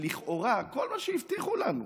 לכאורה כל מה שהבטיחו לנו,